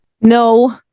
no